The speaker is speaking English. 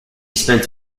spent